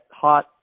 hot